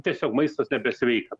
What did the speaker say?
tiesiog maistas nebesveika